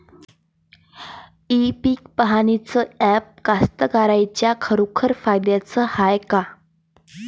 इ पीक पहानीचं ॲप कास्तकाराइच्या खरोखर फायद्याचं हाये का?